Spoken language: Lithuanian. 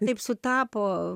taip sutapo